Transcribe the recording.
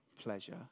pleasure